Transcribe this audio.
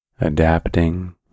adapting